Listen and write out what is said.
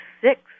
six